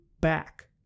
back